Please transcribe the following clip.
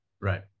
right